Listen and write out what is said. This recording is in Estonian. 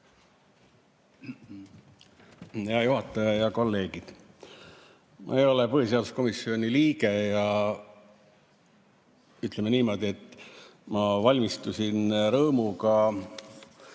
Hea juhataja ja head kolleegid! Ma ei ole põhiseaduskomisjoni liige. Ütleme niimoodi, et ma valmistusin rõõmuga